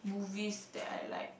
movies that I like